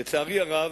לצערי הרב,